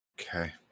Okay